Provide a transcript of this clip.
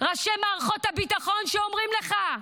ראשי מערכות הביטחון, שאומרים לך,